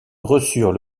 reçurent